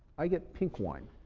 i get pink wine.